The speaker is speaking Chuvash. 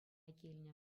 килнӗ